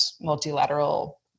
multilateral